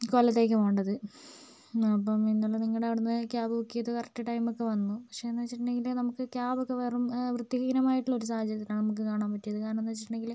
കൊല്ലത്തേക്ക് പോകേണ്ടത് അപ്പം ഇന്നലെ നിങ്ങളുടെ അവിടെ നിന്ന് ക്യാബ് ബുക്ക് ചെയ്ത് കറക്റ്റ് ടൈം ഒക്കെ വന്നു പക്ഷെ എന്ന് വെച്ചിട്ടുണ്ടെങ്കിൽ നമുക്ക് ക്യാബൊക്കെ വെറും വൃത്തിഹീനമായിട്ടുള്ള ഒരു സാഹചര്യത്തിലാണ് നമുക്ക് കാണാൻ പറ്റിയത് കാരണം എന്ന് വെച്ചിട്ടുണ്ടെങ്കിൽ